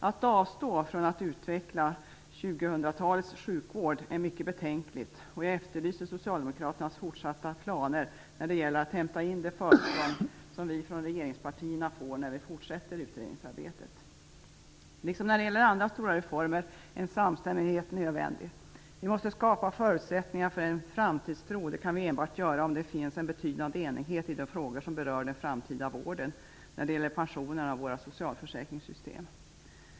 Att avstå från att utveckla 2000-talets sjukvård är mycket betänkligt. Jag efterlyser Socialdemokraternas fortsatta planer när det gäller att hämta in det försprång som vi i regeringspartierna får när vi fortsätter utredningsarbetet. Liksom när det gäller andra stora reformer är en samstämmighet nödvändig. Vi måste skapa förutsättningar för en framtidstro. Det kan vi bara göra om det finns en betydande enighet i de frågor som berör den framtida vården, pensionerna och socialförsäkringssystemen.